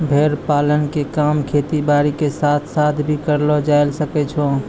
भेड़ पालन के काम खेती बारी के साथ साथ भी करलो जायल सकै छो